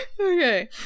Okay